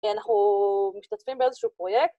‫אנחנו משתתפים באיזשהו פרויקט.